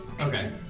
Okay